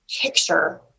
picture